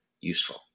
useful